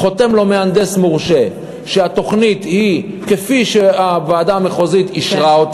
מהנדס מורשה חותם לו שהתוכנית היא כפי שהוועדה המחוזית אישרה,